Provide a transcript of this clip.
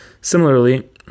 Similarly